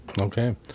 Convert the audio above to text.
okay